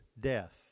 death